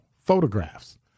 photographs